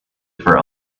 for